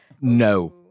No